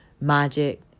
magic